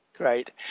Great